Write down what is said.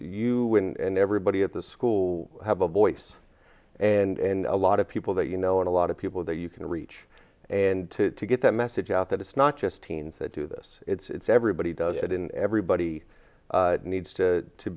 you and everybody at the school have a voice and a lot of people that you know and a lot of people that you can reach and to to get that message out that it's not just teens that do this it's everybody does it and everybody needs to to